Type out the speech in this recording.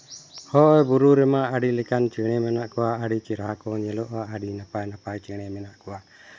ᱦᱳᱭ ᱵᱩᱨᱩ ᱨᱮᱢᱟ ᱟᱹᱰᱤ ᱞᱮᱠᱟᱱ ᱪᱮᱬᱮ ᱢᱮᱱᱟᱜ ᱠᱚᱣᱟ ᱟᱹᱰᱤ ᱪᱮᱦᱨᱟ ᱠᱚ ᱮᱞᱚᱜᱼᱟ ᱟᱹᱰᱤ ᱱᱟᱯᱟᱭ ᱱᱟᱯᱟᱭ ᱪᱮᱬᱮ ᱢᱮᱱᱟᱜ ᱠᱚᱣᱟ